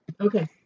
Okay